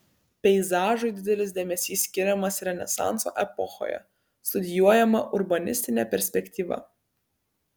peizažui didelis dėmesys skiriamas renesanso epochoje studijuojama urbanistinė perspektyva